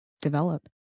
develop